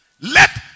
let